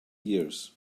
years